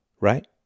right